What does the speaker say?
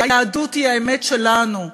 היהדות היא האמת שלנו,